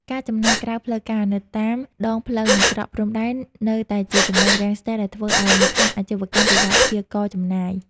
ការចំណាយក្រៅផ្លូវការ នៅតាមដងផ្លូវ និងច្រកព្រំដែន នៅតែជាចំណុចរាំងស្ទះដែលធ្វើឱ្យម្ចាស់អាជីវកម្មពិបាកព្យាករណ៍ចំណាយ។